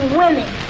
women